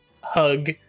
hug